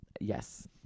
Yes